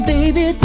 Baby